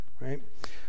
Right